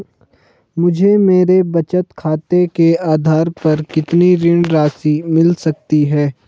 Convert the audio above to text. मुझे मेरे बचत खाते के आधार पर कितनी ऋण राशि मिल सकती है?